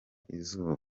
izuba